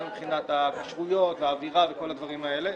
גם מבחינת הכשרויות והאווירה וכל הדברים האלה,